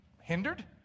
hindered